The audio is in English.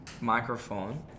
microphone